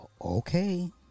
Okay